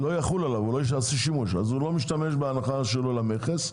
אם הוא לא משתמש בהנחה שלו למכס,